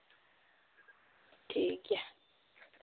ᱴᱷᱤᱠᱜᱮᱭᱟ